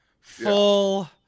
full